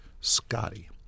Scotty